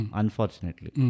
unfortunately